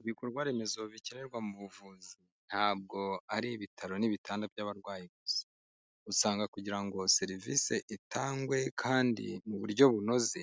Ibikorwa remezo bikenerwa mu buvuzi, ntabwo ari ibitaro n'ibitanda by'abarwayi gusa. Usanga kugira ngo serivisi itangwe kandi mu buryo bunoze,